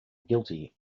guilty